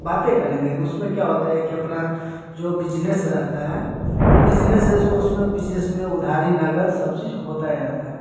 बातें करेंगे उसमें क्या होता है कि अपना जो बिजनेस रहता है और बिजनेस उसमें उधारी नगद सब चीज़ होता ही रहता है